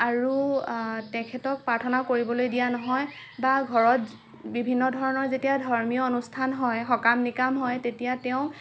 আৰু তেখেতক প্ৰাৰ্থনাও কৰিবলৈ দিয়া নহয় বা ঘৰত বিভিন্ন ধৰণৰ যেতিয়া ধৰ্মীয় অনুষ্ঠান হয় সকাম নিকাম হয় তেতিয়া তেওঁক